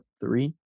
three